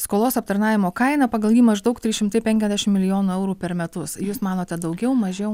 skolos aptarnavimo kaina pagal jį maždaug trys šimtai penkiasdešim milijonų eurų per metus jūs manote daugiau mažiau